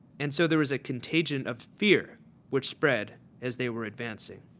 and so there is a contingent of fear which spread as they were advancing.